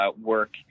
work